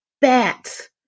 bats